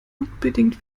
unbedingt